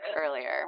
earlier